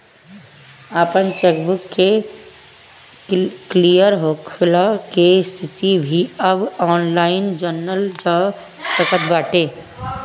आपन चेकबुक के क्लियर होखला के स्थिति भी अब ऑनलाइन जनल जा सकत बाटे